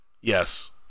Yes